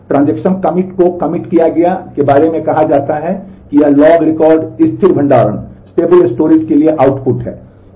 transaction किया गया है के बारे में कहा जाता है कि अगर यह लॉग रिकॉर्ड स्थिर भंडारण के लिए आउटपुट है